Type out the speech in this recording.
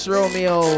Romeo